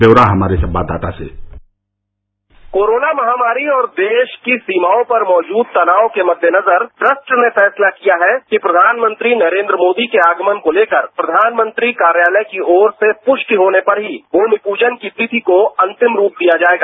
ब्यौरा हमारे संवाददाता से कोरोना महामारी और देश की सीमाओंपर मौजूद तनाव के महेनजर ट्रस्ट ने फैसला किया है प्रधानमंत्री नरेन्द्र मोदी केआगमन को लेकर प्रघानमंत्री कार्यालय की ओर से पुस्टि होने पर ही भूमि प्रजन की तिथिको अंतिम रूप दिया जायेगा